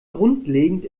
grundlegend